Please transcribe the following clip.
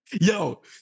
Yo